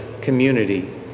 community